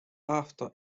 after